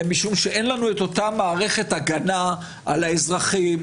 משום שאין לנו אותה מערכת הגנה על האזרחים,